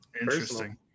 Interesting